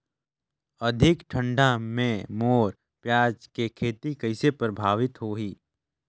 अधिक ठंडा मे मोर पियाज के खेती कइसे प्रभावित होही?